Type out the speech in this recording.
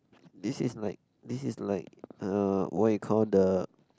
this is like this is like uh what you call the